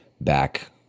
back